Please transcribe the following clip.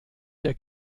der